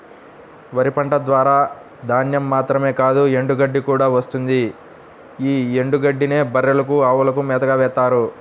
వరి పంట ద్వారా ధాన్యం మాత్రమే కాదు ఎండుగడ్డి కూడా వస్తుంది యీ ఎండుగడ్డినే బర్రెలకు, అవులకు మేతగా వేత్తారు